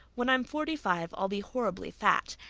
when i'm forty-five i'll be horribly fat.